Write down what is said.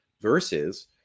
versus